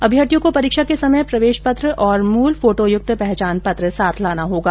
अभ्यर्थियों को परीक्षा के समय प्रवेश पत्र और मूल फोटोयुक्त पहचान पत्र साथ लाना होगा